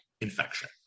infection